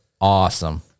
awesome